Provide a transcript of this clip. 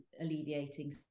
alleviating